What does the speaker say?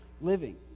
living